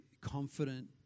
confident